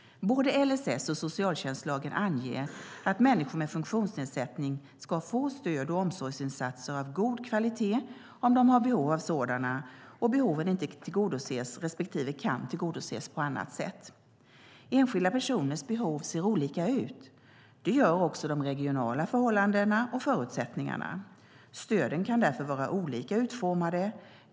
Både LSS och socialtjänstlagen anger att människor med funktionsnedsättning ska få stöd och omsorgsinsatser av god kvalitet om de har behov av sådana och behoven inte tillgodoses respektive kan tillgodoses på annat sätt. Enskilda personers behov ser olika ut. Det gör också de regionala förhållandena och förutsättningarna. Stöden kan därför vara olika utformade.